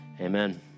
Amen